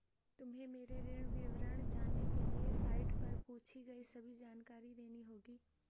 तुम्हें मेरे ऋण विवरण जानने के लिए साइट पर पूछी गई सभी जानकारी देनी होगी